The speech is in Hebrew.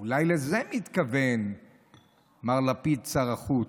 אולי לזה מתכוון מר לפיד, שר החוץ.